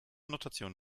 notation